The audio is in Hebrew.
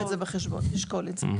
הוועדה תיקח את זה בחשבון, היא תשקול את זה.